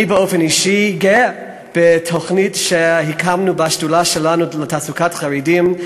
אני באופן אישי גאה בתוכנית שהקמנו בשדולה שלנו לתעסוקת חרדים,